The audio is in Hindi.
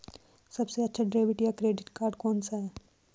सबसे अच्छा डेबिट या क्रेडिट कार्ड कौन सा है?